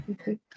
Okay